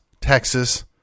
Texas